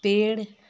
पेड़